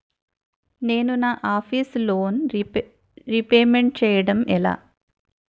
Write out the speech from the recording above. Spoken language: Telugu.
నేను నా ఆఫీస్ లోన్ రీపేమెంట్ చేయడం ఎలా?